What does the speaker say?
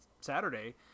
Saturday